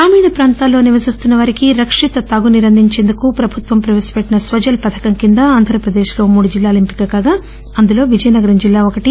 గ్రామీణ ప్రాంతాల్లో నివసిస్తున్న వారికి రక్షిత తాగు నీరు అందించేందుకు ప్రభుత్వం ప్రవేశపెట్టిన స్వజల్ పథకం కింద ఆంధ్రప్రదేశ్లో మూడు జిల్లాలు ఎంపిక కాగా అందులో విజయనగరం జిల్లా ఒకటి